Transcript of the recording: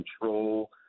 control